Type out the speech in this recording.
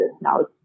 now